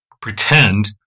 pretend